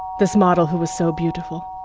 this model who was so beautiful.